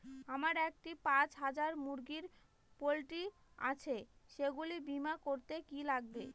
আমার একটি পাঁচ হাজার মুরগির পোলট্রি আছে সেগুলি বীমা করতে কি লাগবে?